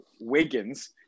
Wiggins